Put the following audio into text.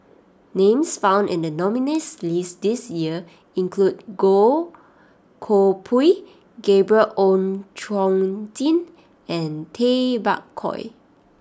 names found in the nominees' list this year include Goh Koh Pui Gabriel Oon Chong Jin and Tay Bak Koi